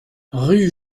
rue